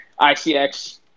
ICX